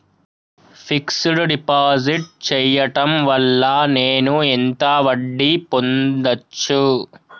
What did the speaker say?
Fix డ్ deposit చేయటం వల్ల నేను ఎంత వడ్డీ పొందచ్చు?